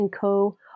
Co